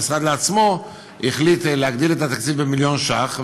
המשרד עצמו החליט להגדיל את התקציב במיליון ש"ח,